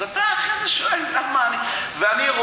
אז אתה אחרי זה שואל למה אני אמרתי,